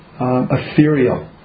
ethereal